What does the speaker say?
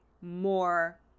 more